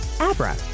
abra